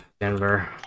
Denver